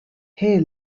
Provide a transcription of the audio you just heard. hey